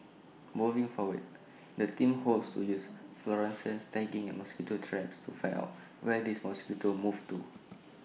moving forward the team hopes to use fluorescents tagging and mosquito traps to find off where these mosquitoes move to